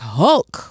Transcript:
hulk